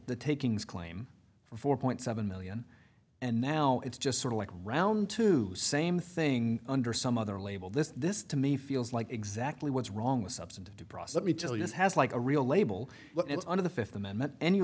the takings claim for four point seven million and now it's just sort of like round two same thing under some other label this this to me feels like exactly what's wrong with substantive due process me jillian's has like a real label it's under the fifth amendment any